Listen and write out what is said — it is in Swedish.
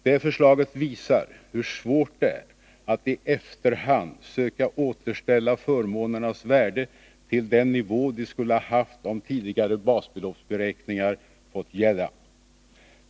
Det förslaget visar hur svårt det är att i efterhand söka återställa förmånernas värde till den nivå de skulle haft om tidigare basbeloppsberäkningar fått gälla.